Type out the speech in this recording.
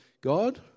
God